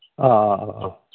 ꯑꯥ ꯑꯥ ꯑꯥ ꯑꯥ